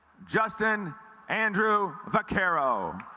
justin andrew vaquero